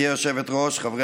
חווים